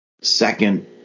Second